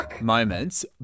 moments